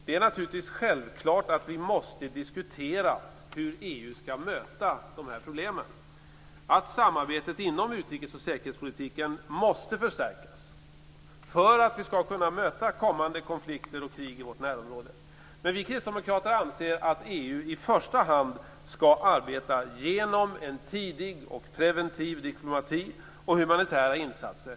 Det är självklart att vi måste diskutera hur EU skall möta de problemen. Samarbetet inom utrikes och säkerhetspolitiken måste förstärkas för att vi skall kunna möta kommande konflikter och krig i vårt närområde. Vi kristdemokrater anser att EU i första hand skall arbeta genom en tidig och preventiv diplomati och humanitära insatser.